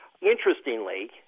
Interestingly